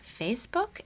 facebook